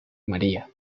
maría